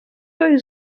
той